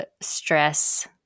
stress-